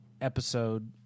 episode